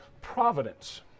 providence